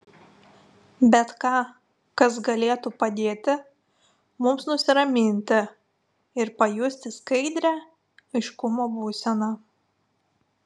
bet ką kas galėtų padėti mums nusiraminti ir pajusti skaidrią aiškumo būseną